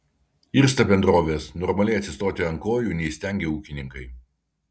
irsta bendrovės normaliai atsistoti ant kojų neįstengia ūkininkai